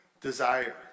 desire